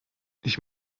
ich